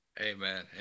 Amen